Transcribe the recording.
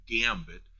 Gambit